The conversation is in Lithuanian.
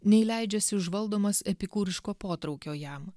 nei leidžiasi užvaldomas epikūriško potraukio jam